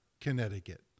Connecticut